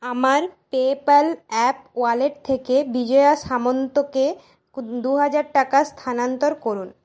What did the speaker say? আমার PayPal app wallet থেকে বিজয়া সামন্ত কে দু হাজার টাকা স্থানান্তর করুন